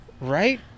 Right